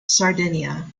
sardinia